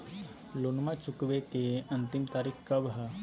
लोनमा चुकबे के अंतिम तारीख कब हय?